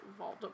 Voldemort